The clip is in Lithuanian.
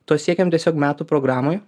to siekiam tiesiog metų programoj